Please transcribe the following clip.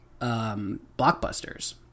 blockbusters